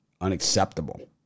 Unacceptable